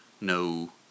no